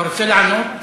אתה רוצה לענות?